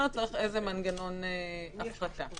הוא יקבל 4,500 שקלים או מינימום על ההתחלה.